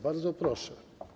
Bardzo proszę.